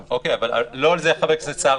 אבל לא על זה שאל חבר הכנסת סער,